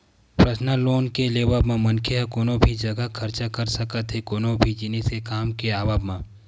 personal loan के लेवब म मनखे ह कोनो भी जघा खरचा कर सकत हे कोनो भी जिनिस के काम के आवब म